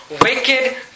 wicked